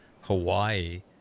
Hawaii